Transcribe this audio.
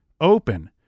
open